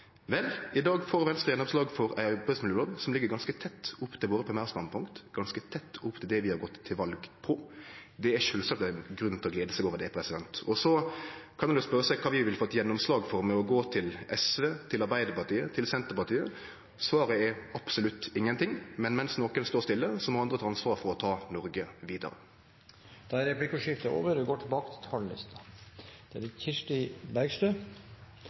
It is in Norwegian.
Vel – i dag får Venstre gjennomslag for ei arbeidsmiljølov som ligg ganske opptil primærstandpunkta våre, ganske tett opptil det vi har gått til val på. Det er sjølvsagt grunn til å glede seg over det. Så kan ein spørje seg kva vi ville fått gjennomslag for med å gå til SV, til Arbeidarpartiet, til Senterpartiet. Svaret er: Absolutt ingenting. Men mens nokre står stille, må andre ta ansvar for å ta Noreg vidare. Replikkordskiftet er omme. Jeg vil starte med å løfte SVs forslag. Arbeidsmiljøloven er